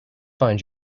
find